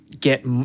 get